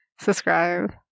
Subscribe